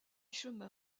chemin